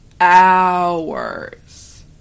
hours